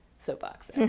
soapbox